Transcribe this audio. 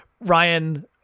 Ryan